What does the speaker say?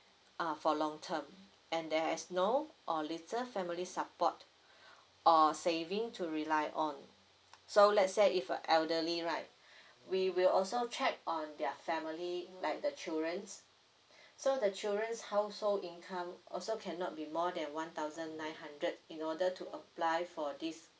uh for long term and there's no or later family support or saving to rely on so let's say if a elderly right we will also check on their family like the children's so the children's household income also cannot be more than one thousand nine hundred in order to apply for this